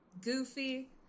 goofy